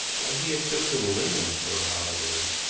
why he had chosen lingham for a holiday.